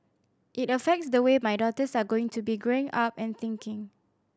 it affects the way my daughters are going to be growing up and thinking